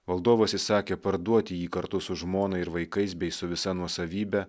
valdovas įsakė parduoti jį kartu su žmona ir vaikais bei su visa nuosavybe